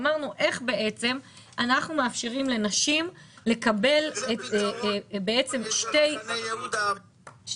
אמרנו איך בעצם אנחנו מאפשרים לנשים לקבל שתי אופציות,